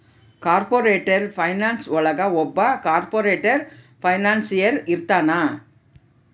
corporate finance ಒಳಗ ಒಬ್ಬ corporate financier ಇರ್ತಾನ